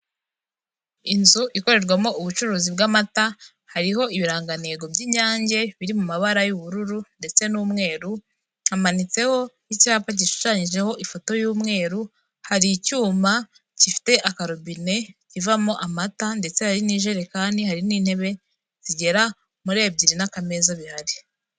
Inzu ikorerwamo ubucuruzi bw'amata hariho ibirangantego by'inyange biri mu mabara y'ubururu ndetse n'umweru, hamanitseho icyapa gishushanyijeho ifoto y'umweru, hari icyuma gifite akarobine kivamo amata ndetse hari n'ijerekani hari n'intebe zigera muri ebyiri n'akameza bihari.